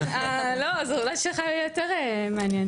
אז אולי שלך יהיה יותר מעניין.